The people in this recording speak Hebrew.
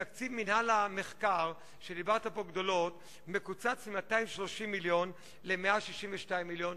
תקציב מינהל המחקר שדיברת בו גדולות מקוצץ מ-230 מיליון ל-162 מיליון,